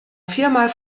viermal